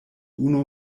unu